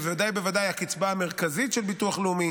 בוודאי ובוודאי הקצבה המרכזית של ביטוח לאומי